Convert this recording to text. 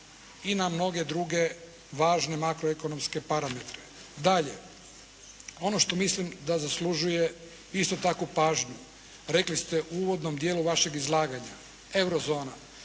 i na mnoge druge važne makroekonomske parametre. Dalje. Ono što mislim da zaslužuje isto tako pažnju. Rekli ste u uvodnom dijelu vašeg izlaganja, euro zona.